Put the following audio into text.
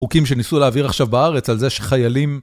חוקים שניסו להעביר עכשיו בארץ על זה שחיילים...